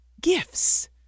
Gifts